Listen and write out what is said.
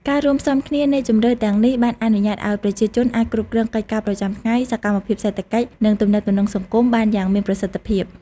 ការរួមផ្សំគ្នានៃជម្រើសទាំងនេះបានអនុញ្ញាតឱ្យប្រជាជនអាចគ្រប់គ្រងកិច្ចការប្រចាំថ្ងៃ សកម្មភាពសេដ្ឋកិច្ច និងទំនាក់ទំនងសង្គមបានយ៉ាងមានប្រសិទ្ធភាព។